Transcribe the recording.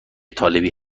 طالبی